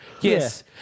Yes